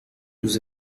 nous